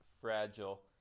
fragile